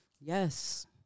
Yes